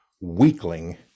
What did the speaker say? weakling